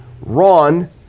RON